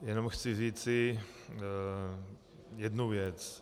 Jenom chci říci jednu věc.